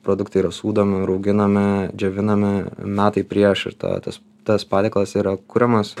produktai yra sūdomi rauginami džiovinami metai prieš ir tada tas tas patiekalas yra kuriamas